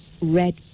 Red